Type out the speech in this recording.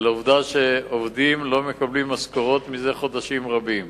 על העובדה שעובדים לא מקבלים משכורות זה חודשים רבים.